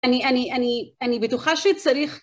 אני, אני, אני, אני בטוחה שצריך...